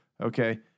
Okay